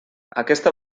aquesta